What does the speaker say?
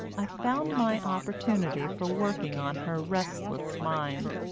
i found my opportunity for working on her restless mind.